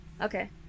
Okay